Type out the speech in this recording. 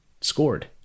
scored